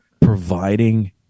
providing